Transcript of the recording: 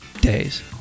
days